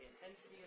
intensity